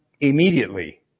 immediately